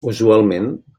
usualment